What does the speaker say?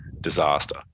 disaster